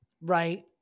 Right